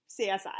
CSI